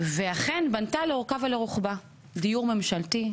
ואכן היא בנתה לאורכה ולרוחבה דיור ממשלתי,